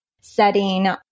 setting